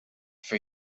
for